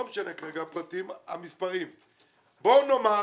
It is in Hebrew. לא משנה כרגע הפרטים והמספרים, בואו נאמר